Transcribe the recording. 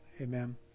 amen